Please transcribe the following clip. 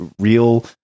real